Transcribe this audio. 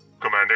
Commander